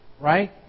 Right